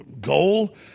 goal